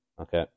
Okay